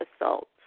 assault